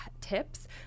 tips